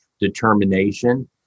determination